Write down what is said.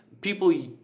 People